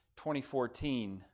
2014